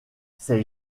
ces